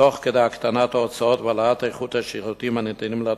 תוך כדי הקטנת ההוצאות והעלאת איכות השירותים הניתנים לתושב.